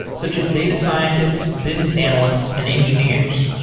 such as data scientists, business analysts and engineers.